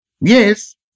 Yes